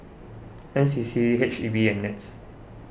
N C C H E B and Nets